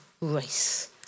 race